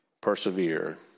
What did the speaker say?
persevere